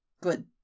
Good